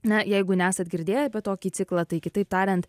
na jeigu nesat girdėję apie tokį ciklą tai kitaip tariant